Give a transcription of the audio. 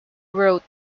wrote